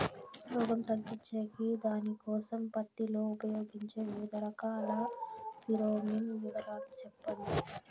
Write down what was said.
రోగం తగ్గించేకి దానికోసం పత్తి లో ఉపయోగించే వివిధ రకాల ఫిరోమిన్ వివరాలు సెప్పండి